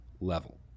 level